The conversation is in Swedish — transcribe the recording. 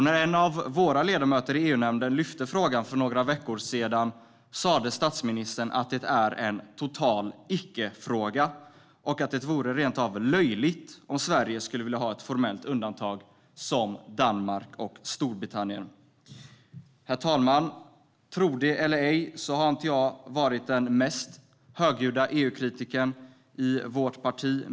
När en av våra ledamöter i EU-nämnden lyfte upp frågan för några veckor sedan sa statsministern att det är en total icke-fråga och att det vore rent av löjligt om Sverige skulle vilja ha ett formellt undantag såsom Danmark och Storbritannien har. Herr talman! Tro det eller ej, men jag har inte varit den mest högljudda EU-kritikern i vårt parti.